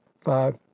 five